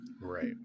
Right